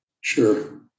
sure